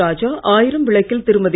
ராஜா ஆயிரம் விளக்கில் திருமதி